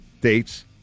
dates